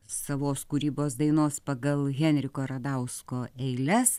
savos kūrybos dainos pagal henriko radausko eiles